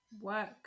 work